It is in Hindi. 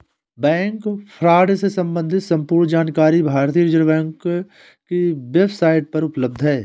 बैंक फ्रॉड से सम्बंधित संपूर्ण जानकारी भारतीय रिज़र्व बैंक की वेब साईट पर उपलब्ध है